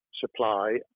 supply